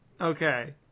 Okay